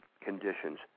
conditions